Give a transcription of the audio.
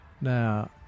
Now